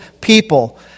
people